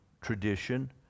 tradition